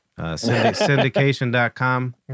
Syndication.com